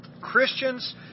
Christians